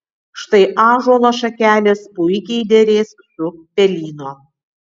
štai ąžuolo šakelės puikiai derės su pelyno